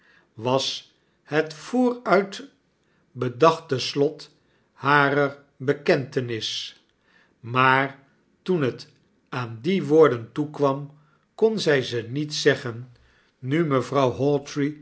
was het vooruit bedachte slot harer bekentenis maar toen het aan die woorden toekwam kon zjj ze niet zeggen nu mevrouw